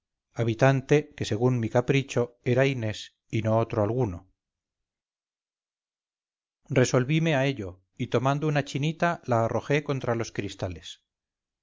habitante que según mi capricho era inés y no otro alguno resolvime a ello y tomando una chinita la arrojé contra los cristales